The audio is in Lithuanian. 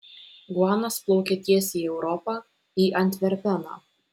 guanas plaukia tiesiai į europą į antverpeną